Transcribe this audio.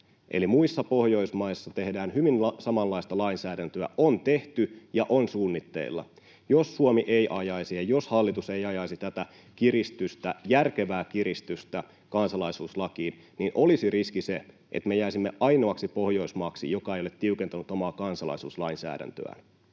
muissa Pohjoismaissa tehdään hyvin samanlaista lainsäädäntöä, on tehty ja on suunnitteilla. Jos Suomi ei ajaisi ja jos hallitus ei ajaisi tätä kiristystä, järkevää kiristystä, kansalaisuuslakiin, niin olisi riski se, että me jäisimme ainoaksi Pohjoismaaksi, joka ei ole tiukentanut omaa kansalaisuuslainsäädäntöään.